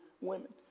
women